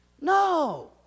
No